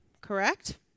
Correct